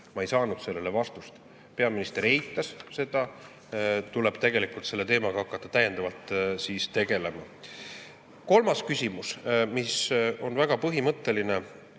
Ma ei saanud sellele vastust, peaminister eitas seda. Selle teemaga tuleb tegelikult hakata täiendavalt tegelema. Kolmas küsimus, mis on väga põhimõtteline,